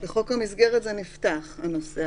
יהיו מצבים שבו האדם הקרוב לאותו אדם שנפטר הוא לא דרגה ראשונה,